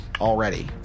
already